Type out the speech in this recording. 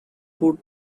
put